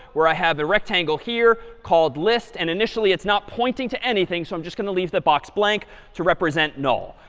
where i have a rectangle here called list. and initially, it's not pointing to anything. so i'm just going to leave the box blank to represent null.